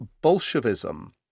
Bolshevism